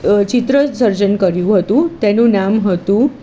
ચિત્ર સર્જન કર્યું હતું તેનું નામ હતું